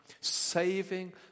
Saving